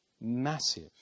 massive